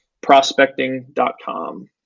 prospecting.com